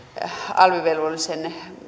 alvivelvollisuuden